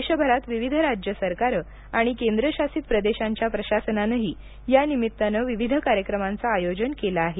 देशभरात विविध राज्य सरकारं आणि केंद्रशासित प्रदेशांच्या प्रशासनानंही यानिमित्तानं विविध कार्यक्रमांचं आयोजन केलं आहे